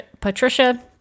patricia